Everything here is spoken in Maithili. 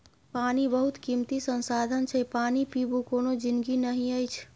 पानि बहुत कीमती संसाधन छै पानि बिनु कोनो जिनगी नहि अछि